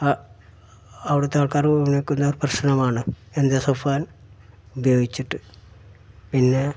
ആ അവിടത്തെ ആൾക്കാർ ഉന്നയിക്കുന്ന പ്രശ്നമാണ് എൻഡോസൾഫാൻ ഉപയോഗിച്ചിട്ട് പിന്നെ